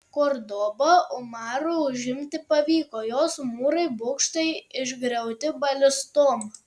kordobą umaru užimti pavyko jos mūrai bokštai išgriauti balistom